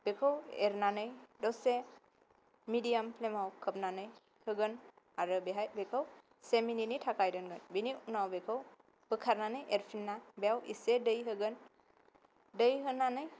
बेखौ एरनानै दसे मेदियाम फ्लेमाव खोबनानै होगोन आरो बेवहाय बेखौ से मनिथनि थाखाय दोनगोन बेनि उनाव बेखौ बोखारनानै एरफिनना बेयाव एसे दै होगोन दै होनानै